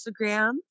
Instagram